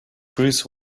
bruce